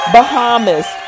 Bahamas